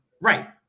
Right